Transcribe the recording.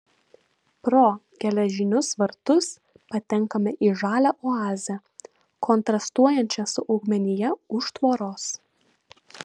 pro geležinius vartus patenkame į žalią oazę kontrastuojančią su augmenija už tvoros